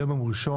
היום יום שני,